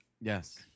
Yes